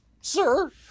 sir